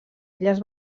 illes